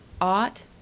Ought